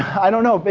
i don't know. but